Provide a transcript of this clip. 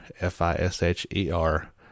F-I-S-H-E-R